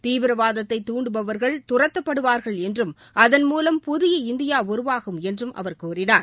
தீவிரவாதத்தை துண்டுபவர்கள் தூத்தப்படுவார்கள் என்றும் அதன்மூலம் புதிய இந்தியா உருவாகும் என்றும் அவர் கூறினார்